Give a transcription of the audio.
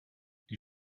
die